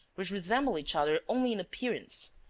which resemble each other only in appearance,